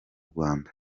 rwanda